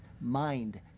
mind